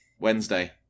Wednesday